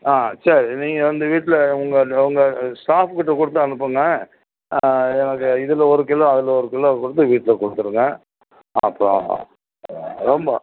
ஆ சரி நீங்கள் வந்து வீட்டில் உங்கள் உங்கள் ஸ்டாஃப் கிட்டே கொடுத்தனுப்புங்க ஆ எனக்கு இதில் ஒரு கிலோ அதில் ஒரு கிலோ கொடுத்து வீட்டில் கொடுத்துருங்க அப்புறம் ஆமாம்